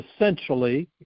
essentially